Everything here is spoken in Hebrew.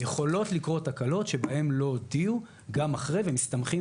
יכולות לקרות תקלות שבהן לא הודיעו גם אחרי ומסתמכים